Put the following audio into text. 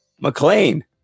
McLean